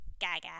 Gaga